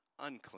unclean